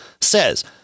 says